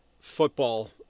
football